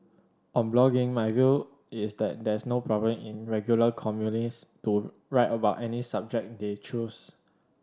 on blogging my view is that there's no problem in regular columnist to write about any subject they choose